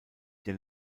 den